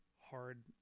hard